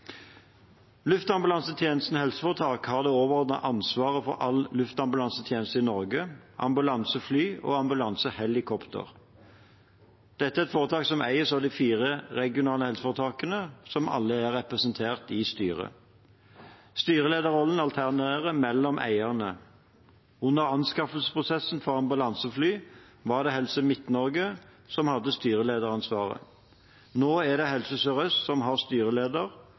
Luftambulansetjenesten HF har det overordnede ansvaret for all luftambulansetjeneste i Norge – ambulansefly og ambulansehelikopter. Foretaket eies av de fire regionale helseforetakene, som alle er representert i styret. Styrelederrollen alternerer mellom eierne. Under anskaffelsesprosessen for ambulansefly var det Helse Midt-Norge som hadde styrelederansvaret. Nå er det Helse Sør-Øst som har styreleder